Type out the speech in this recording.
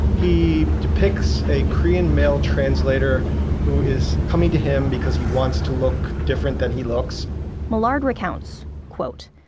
he depicts a korean male translator who is coming to him because he wants to look different than he looks millard recounts, quote,